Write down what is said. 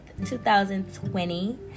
2020